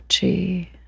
chi